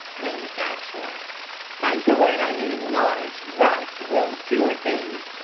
manufacturer by good i mean large, ripe, well-cured beans.